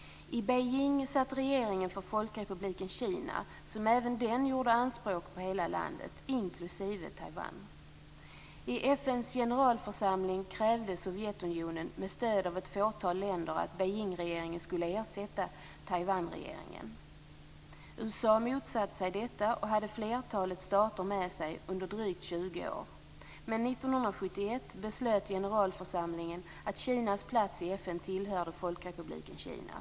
I Beijing satt regeringen för Folkrepubliken Kina som även den gjorde anspråk på hela landet, inklusive I FN:s generalförsamling krävde Sovjetunionen med stöd av ett fåtal länder att Beijingregeringen skulle ersätta Taiwanregeringen. USA motsatte sig detta och hade flertalet stater med sig under drygt 20 år. Men 1971 beslöt generalförsamlingen att Kinas plats i FN tillhörde Folkrepubliken Kina.